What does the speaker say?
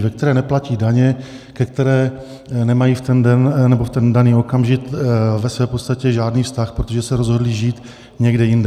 Ve které neplatí daně, ke které nemají v ten daný okamžik v podstatě žádný vztah, protože se rozhodli žít někde jinde.